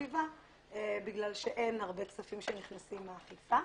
בגלל שאין הרבה כספים שנכנסים מאכיפה.